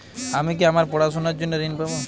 আমি কি আমার পড়াশোনার জন্য ঋণ পাব?